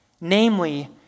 namely